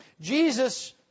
Jesus